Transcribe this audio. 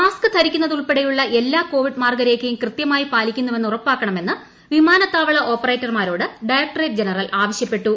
mask ധരിക്കുന്നതുൾപ്പെടെയുള്ള എല്ലാ covid മാർഗ്ഗരേഖയും കൃത്യമായി പാലിക്കുന്നുവെന്ന് ഉറപ്പാക്കണമെന്ന് വിമാനത്താവള ഓപ്പറേറ്റർമാരോട് ഡയറക്ട്ട്ട്രേറ്റ് ജനറൽ ആവശ്യപ്പെട്ടു